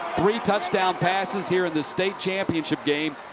three touchdown passes here in the state championship game.